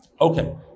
Okay